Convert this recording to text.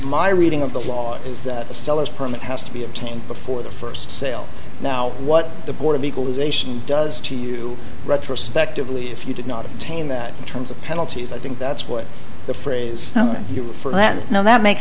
my reading of the law is that a seller's permit has to be obtained before the st sale now what the board of equalization does to you retrospectively if you did not obtain that in terms of penalties i think that's what the phrase you for then no that makes